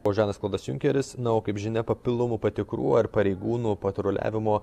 o žanas klodas junkeris na o kaip žinia papildomų patikrų ar pareigūnų patruliavimo